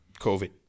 COVID